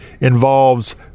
involves –